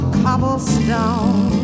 cobblestone